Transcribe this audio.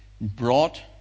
brought